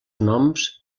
noms